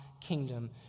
kingdom